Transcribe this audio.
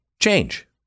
Change